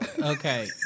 Okay